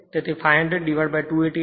તેથી 500 288